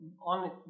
on